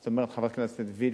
זאת אומרת, חברת הכנסת וילף,